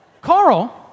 Carl